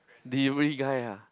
delivery guy ah